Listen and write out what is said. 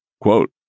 Quote